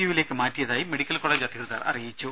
യുവിലേക്ക് മാറ്റിയതായി medical college അധികൃതർ അറിയിച്ചു